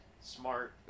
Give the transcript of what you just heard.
smart